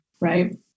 Right